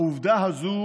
העובדה הזו